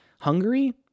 hungary